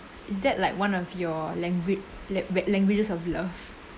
is that like one of your language la~ languages of love